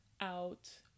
out